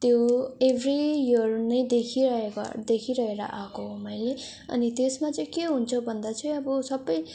त्यो every year नै देखिरहेको देखिरहेर आएको हो मैले अनि त्यसमा चाहिँ के हुन्छ भन्दा चाहिँ अब सबै